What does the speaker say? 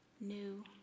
new